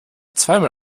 zweimal